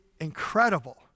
incredible